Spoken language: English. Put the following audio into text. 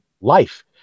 life